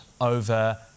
over